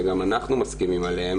וגם אנחנו מסכימים עליהן,